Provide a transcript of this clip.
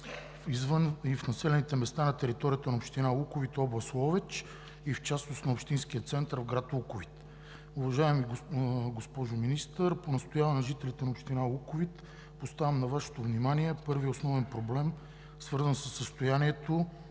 извън и в населените места на територията на община Луковит, област Ловеч, и в частност в общинския център град Луковит. Уважаема госпожо Министър, по настояване на жителите на община Луковит поставям на Вашето внимание първия основен проблем, свързан със състоянието